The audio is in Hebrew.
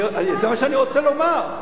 זה מה שאני רוצה לומר.